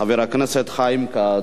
חבר הכנסת חיים כץ.